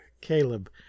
caleb